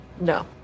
No